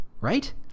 right